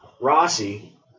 Rossi